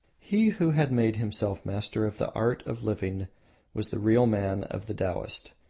he who had made himself master of the art of living was the real man of the taoist.